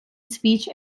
speech